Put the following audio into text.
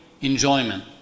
enjoyment